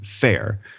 fair